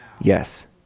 Yes